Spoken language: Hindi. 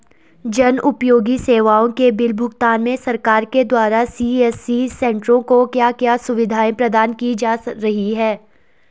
जन उपयोगी सेवाओं के बिल भुगतान में सरकार के द्वारा सी.एस.सी सेंट्रो को क्या क्या सुविधाएं प्रदान की जा रही हैं?